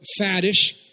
faddish